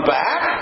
back